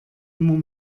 immer